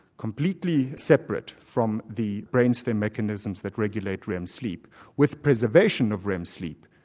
completely separate from the brain stem mechanisms that regulate rem sleep with preservation of rem sleep,